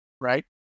right